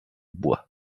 bois